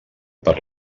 per